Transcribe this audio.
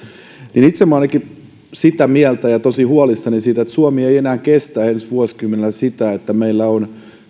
itse minä olen ainakin sitä mieltä ja tosi huolissani siitä että suomi ei enää kestä ensi vuosikymmenellä sitä että meillä on